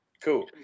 Cool